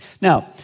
Now